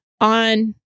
on